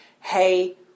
hey